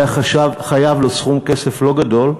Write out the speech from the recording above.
הוא היה חייב לו סכום כסף לא גדול,